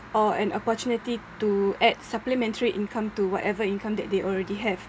or an opportunity to add supplementary income to whatever income that they already have